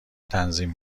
تنظیم